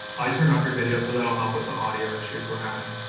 i thurned off your video so that'll help with the audio issues we're having.